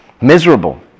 Miserable